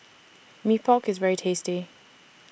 Mee Pok IS very tasty